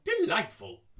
Delightful